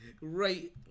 right